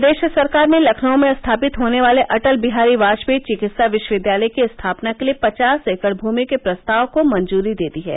प्रदेश सरकार ने लखनऊ में स्थापित होने वाले अटल बिहारी वाजपेई चिकित्सा विश्वविद्यालय की स्थापना के लिये पचास एकड़ भूमि के प्रस्ताव को मंजूरी दे दी है